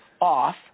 off